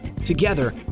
Together